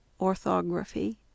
Orthography